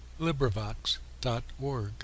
LibriVox.org